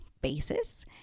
basis